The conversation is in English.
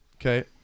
okay